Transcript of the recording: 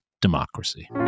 Democracy